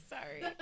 Sorry